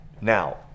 Now